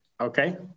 Okay